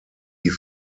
die